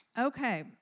Okay